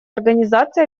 организации